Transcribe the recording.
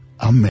Amen